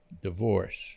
divorce